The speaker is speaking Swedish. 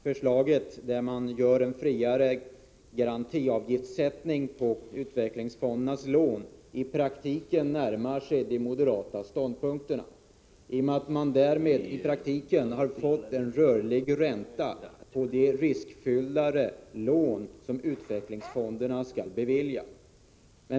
Herr talman! Det finns anledning att lägga märke till att det socialdemokratiska förslaget, enligt vilket man skulle ge utvecklingsfonderna större frihet att vid lån själva bestämma storleken på garantiavgiften, i praktiken närmar sig den moderata ståndpunkten. I och med detta får man en rörlig ränta med tanke på de mera riskfyllda lån som utvecklingsfonderna också skall bevilja.